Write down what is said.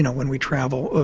when we travel,